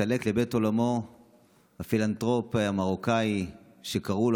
נסתלק לבית עולמו הפילנטרופ המרוקאי שקראו לו